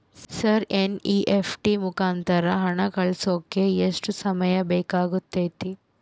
Sir NEFT ಮುಖಾಂತರ ಹಣ ಕಳಿಸೋಕೆ ಎಷ್ಟು ಸಮಯ ಬೇಕಾಗುತೈತಿ?